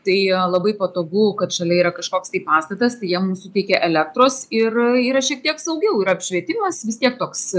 tai labai patogu kad šalia yra kažkoks tai pastatas tai jie mums suteikė elektros ir yra šiek tiek saugiau ir apšvietimas vis tiek toks